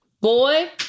Boy